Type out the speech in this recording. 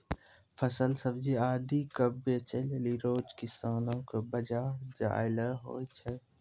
फल सब्जी आदि क बेचै लेलि रोज किसानो कॅ बाजार जाय ल होय छै